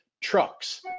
trucks